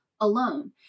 alone